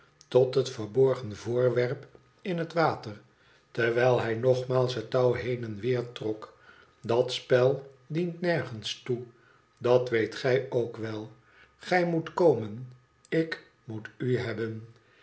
tot het verborgen voorwerp in het water terwijl hij nogmaals het touw heen en weer trok dat spel dient nergens toe dat weet gij ook wel gij moet komen ik moet u hebben